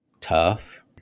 tough